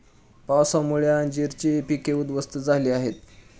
पावसामुळे अंजीराची पिके उध्वस्त झाली आहेत